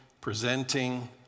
presenting